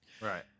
Right